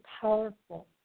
powerful